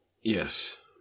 Yes